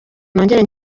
nongere